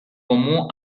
comú